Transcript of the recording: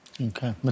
Okay